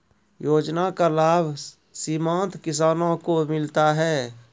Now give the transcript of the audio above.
योजना का लाभ सीमांत किसानों को मिलता हैं?